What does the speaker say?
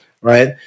right